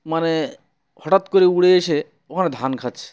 মানে হঠাৎ করে উড়ে এসে ওখানে ধান খাচ্ছে